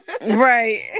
Right